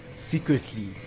secretly